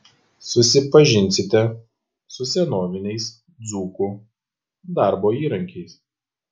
susipažinsite su senoviniais dzūkų darbo įrankiais